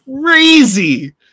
Crazy